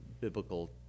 biblical